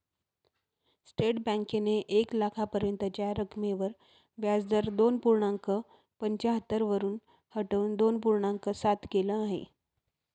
state बँकेने एक लाखापर्यंतच्या रकमेवर व्याजदर दोन पूर्णांक पंच्याहत्तर वरून घटवून दोन पूर्णांक सात केल आहे